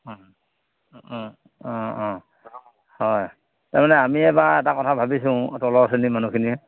হয় তাৰমানে আমি এবাৰ এটা কথা ভাবিছোঁ তলৰ শ্ৰেণীৰ মানুহখিনিয়ে